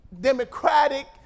Democratic